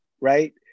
right